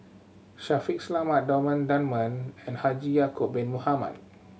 Shaffiq Selamat Thomas Dunman and Haji Ya'acob Bin Mohamed